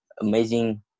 amazing